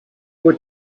were